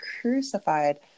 crucified